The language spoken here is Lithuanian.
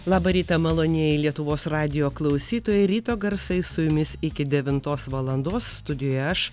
labą rytą malonieji lietuvos radijo klausytojai ryto garsai su jumis iki devintos valandos studijoje aš